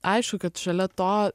aišku kad šalia to